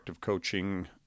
coaching